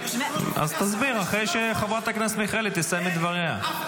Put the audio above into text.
אז תסביר אחרי שחברת הכנסת מיכאלי תסיים את דבריה.